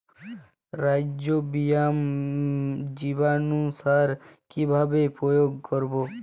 Rhizobium জীবানুসার কিভাবে প্রয়োগ করব?